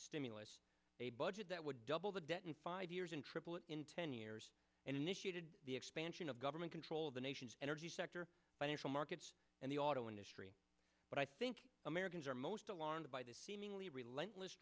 stimulus a budget that would double the debt in five years and triple it in ten years and initiated the expansion of government control of the nation's energy sector financial markets and the auto industry but i think americans are most alarmed by this seemingly rel